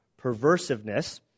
perversiveness